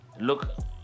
look